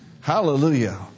Hallelujah